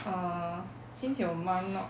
err since your mum not